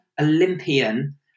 Olympian